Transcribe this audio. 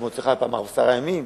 כמו שהיה אצלך במשך עשרה ימים.